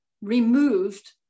removed